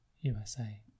USA